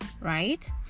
right